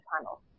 channel